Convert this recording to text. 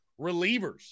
relievers